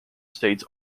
states